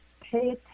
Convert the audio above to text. pay